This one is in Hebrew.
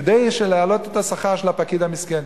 כדי להעלות את השכר של הפקיד המסכן.